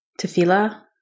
tefillah